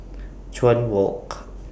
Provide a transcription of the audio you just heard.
Chuan Walk